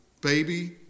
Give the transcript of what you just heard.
baby